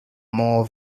more